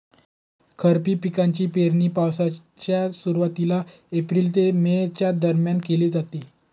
खरीप पिकांची पेरणी पावसाच्या सुरुवातीला एप्रिल ते मे च्या दरम्यान केली जाते